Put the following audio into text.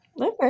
Okay